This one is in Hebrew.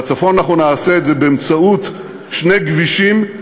בצפון אנחנו נעשה את זה באמצעות שני גבישים.